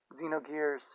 Xenogears